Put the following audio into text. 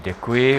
Děkuji.